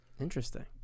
Interesting